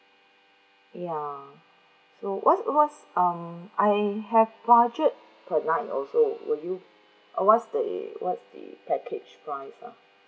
ya so what's what's um I have budget per night also will you uh what's the what's the package price ah